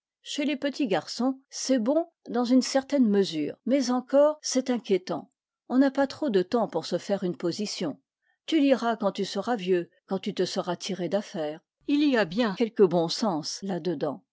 chez les petits garçons c'est bon dans une certaine mesure mais encore c'est inquiétant on n'a pas trop de temps pour se faire une position tu liras quand tu seras vieux quand tu te seras tiré d'affaire il y a bien quelque bon sens